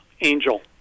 Angel